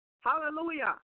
hallelujah